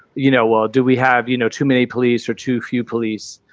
you know, well, do we have, you know, too many police or too few police?